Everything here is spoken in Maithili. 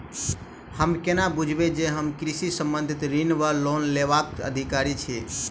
हम कोना बुझबै जे हम कृषि संबंधित ऋण वा लोन लेबाक अधिकारी छी?